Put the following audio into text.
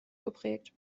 geprägt